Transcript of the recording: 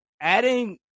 Adding